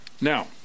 now